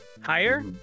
Higher